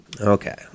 okay